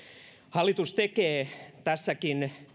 hallitus tekee tässäkin